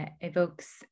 evokes